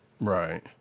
Right